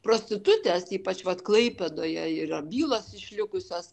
prostitutės ypač vat klaipėdoje yra bylos išlikusios